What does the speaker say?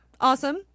Awesome